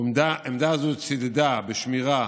עמדה זו צידדה בשמירה